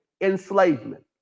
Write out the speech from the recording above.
enslavement